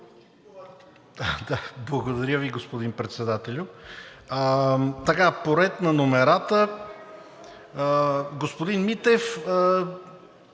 Благодаря Ви, господин Председателстващ.